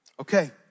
Okay